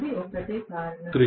అది ఒక్కటే కారణం